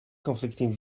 conflicting